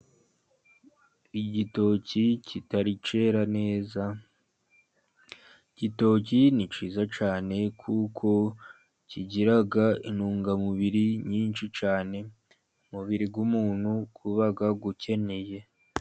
Igitoki kitari cyera neza, igitoki ni cyiza cyane kuko kigira intungamubiri nyinshi cyane, umubiri w'umuntu uba ukeneye.